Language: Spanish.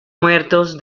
muertos